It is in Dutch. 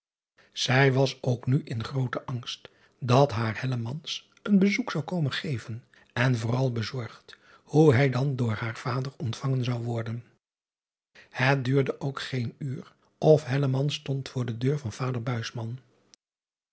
ij was ook nu in groo driaan oosjes zn et leven van illegonda uisman ten angst dat haar een bezoek zou komen geven en vooral bezorgd hoe hij dan door haar vader ontvangen zou worden et duurde ook geen uur of stond voor de deur van vader